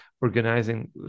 organizing